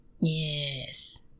Yes